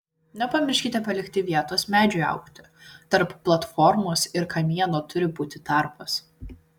nepamirškite palikti vietos medžiui augti tarp platformos ir kamieno turi būti tarpas